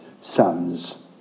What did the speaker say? sums